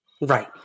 Right